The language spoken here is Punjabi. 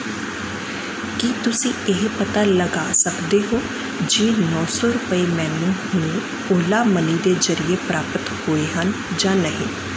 ਕੀ ਤੁਸੀਂਂ ਇਹ ਪਤਾ ਲਗਾ ਸਕਦੇ ਹੋ ਜੇ ਨੌ ਸੌ ਰੁਪਏ ਮੈਨੂੰ ਹੁਣੇ ਓਲਾਮਨੀ ਦੇ ਜ਼ਰੀਏ ਪ੍ਰਾਪਤ ਹੋਏ ਹਨ ਜਾਂ ਨਹੀਂ